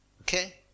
Okay